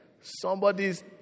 somebody's